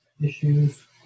issues